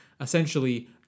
essentially